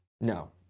no